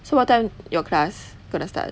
so what time your class gonna start